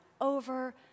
over